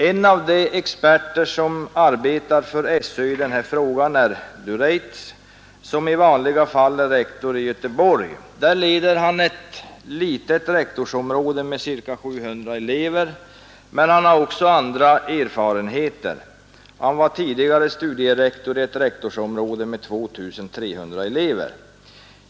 En av de experter som arbetat för skolöverstyrelsen i den här frågan är Du Rietz, som i vanliga fall är rektor i Göteborg. Där leder han ett litet rektorsområde med ca 700 elever. Men han har också andra erfarenheter. Han var tidigare studierektor i ett rektorsområde med 2 300 elever.